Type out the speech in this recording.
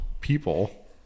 people